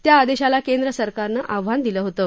त्या आदेशाला केंद्र सरकारनं आव्हान दिलं होतं